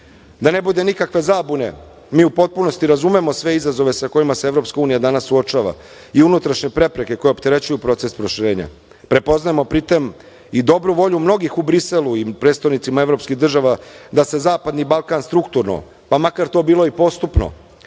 ne bude nikakve zabune, mi u potpunosti razumemo sve izazove sa kojima se EU danas suočava i unutrašnje prepreke koje opterećuju proces proširenja, prepoznajemo pritom i dobru volju mnogih u Briselu i u prestonicama evropskih država da se Zapadni Balkan strukturno, pa makar to bilo i postupno,